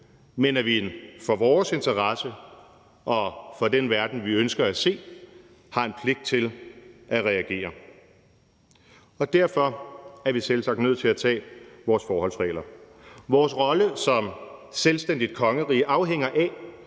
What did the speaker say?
men at vi for vores interesse og for den verden, vi ønsker at se, har en pligt til at reagere. Derfor er vi selvsagt nødt til at tage vores forholdsregler. Vores rolle som selvstændigt kongerige afhænger af,